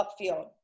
upfield